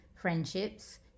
friendships